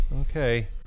Okay